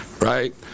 Right